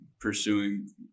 pursuing